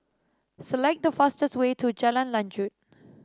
select the fastest way to Jalan Lanjut